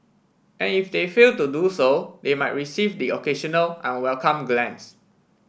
and if they fail to do so they might receive the occasional unwelcome glance